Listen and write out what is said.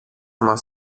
μας